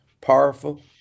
powerful